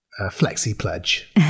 flexi-pledge